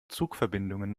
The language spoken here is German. zugverbindungen